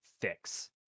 fix